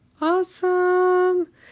awesome